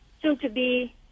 soon-to-be